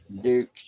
Duke